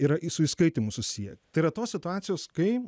yra į su įskaitymu susiję tai yra tos situacijos kai